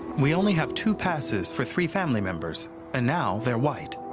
we only have two passes for three family members and now they're white.